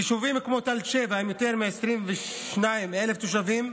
יישובים כמו תל שבע, עם יותר מ-22,000 תושבים,